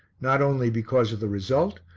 not only because of the result,